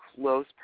close